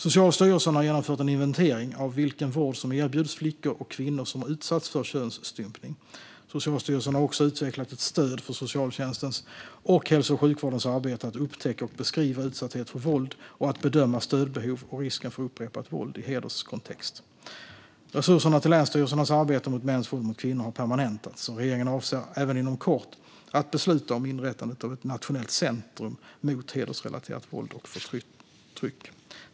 Socialstyrelsen har genomfört en inventering av vilken vård som erbjuds flickor och kvinnor som har utsatts för könsstympning. Socialstyrelsen har också utvecklat ett stöd för socialtjänstens och hälso och sjukvårdens arbete med att upptäcka och beskriva utsatthet för våld och att bedöma stödbehov och risken för upprepat våld i hederskontext. Resurserna till länsstyrelsernas arbete mot mäns våld mot kvinnor har permanentats. Regeringen avser även att inom kort besluta om inrättandet av ett nationellt centrum mot hedersrelaterat våld och förtryck.